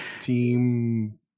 team